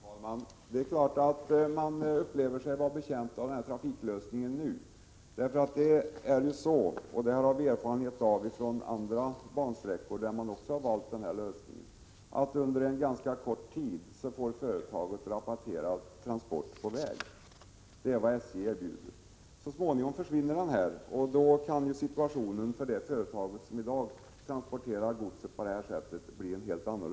Herr talman! Det är klart att man just nu upplever sig vara betjänt av den här trafiklösningen. Vi har också från andra bansträckor där man har valt denna lösning erfarenhet av att företagen under en ganska kort tid får rabatterade transporter på väg. Det är nämligen vad SJ erbjuder. Men så småningom försvinner denna rabattering, och då kan situationen för de företag som transporterar sina varor på bansträckan bli en helt annan.